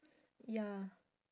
ya